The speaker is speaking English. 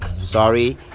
sorry